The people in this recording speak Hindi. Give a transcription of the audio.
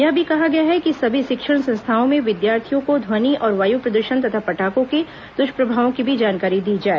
यह भी कहा गया है कि सभी शिक्षण संस्थाओं में विद्यार्थियों को ध्वनि और वायु प्रद्रषण तथा पटाखों के दृष्प्रभावों की भी जानकारी दी जाए